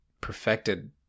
perfected